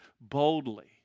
boldly